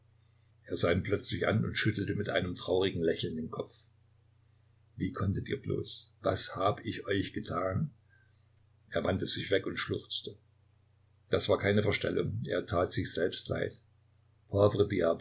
er sah ihn plötzlich an und schüttelte mit einem traurigen lächeln den kopf wie konntet ihr bloß was habe ich euch getan er wandte sich weg und schluchzte das war keine verstellung er tat sich selbst leid